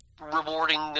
rewarding